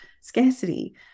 scarcity